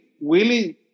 willing